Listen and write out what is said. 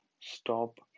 stop